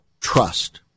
trust